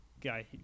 guy